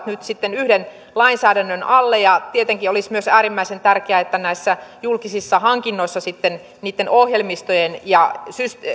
nyt yhden lainsäädännön alle tietenkin olisi myös äärimmäisen tärkeää että julkisissa hankinnoissa ohjelmistojen ja